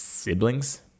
siblings